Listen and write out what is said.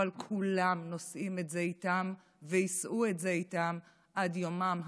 אבל כולם נושאים את זה איתם ויישאו את זה איתם עד יומם האחרון.